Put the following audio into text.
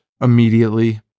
immediately